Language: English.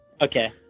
Okay